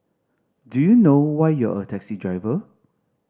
do you know why you're a taxi driver